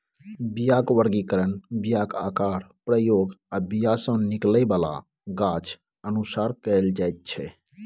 बीयाक बर्गीकरण बीयाक आकार, प्रयोग आ बीया सँ निकलै बला गाछ अनुसार कएल जाइत छै